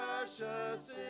precious